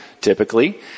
typically